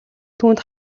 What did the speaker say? түүнд